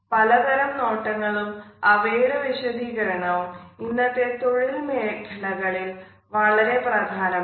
പല തരം നോട്ടങ്ങളും അവയുടെ വിശദീകരണവും ഇന്നത്തെ തൊഴിൽ മേഖലകളിൽ വളരെ പ്രധാനം ആണ്